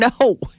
no